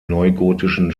neugotischen